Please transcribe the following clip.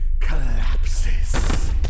collapses